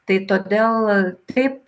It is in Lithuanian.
tai todėl taip